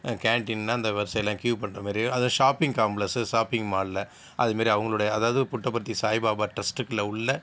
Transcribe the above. கேண்டீன்னால் அந்த வரிசையெல்லாம் க்யூ பண்ணுற மாதிரி அதான் ஷாப்பிங் காம்ப்ளெக்ஸு ஷாப்பிங் மால்ல அதுமாதிரி அவங்களுடைய அதாவது புட்டபர்த்தி சாய்பாபா ட்ரஸ்ட்டுக்குள்ள உள்ளே